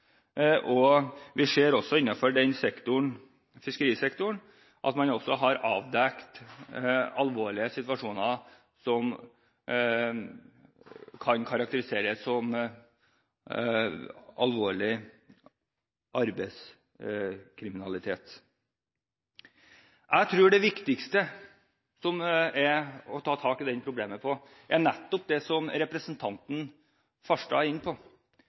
Vi ser også at man innenfor fiskerisektoren har avdekket alvorlige situasjoner som kan karakteriseres som alvorlig arbeidskriminalitet. Jeg tror den viktigste måten å ta tak i dette problemet på, er nettopp det som representanten Farstad er inne på: